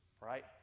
right